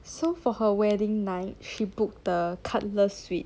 so for her wedding night she booked the cutler suite